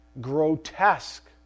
grotesque